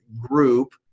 group